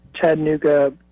chattanooga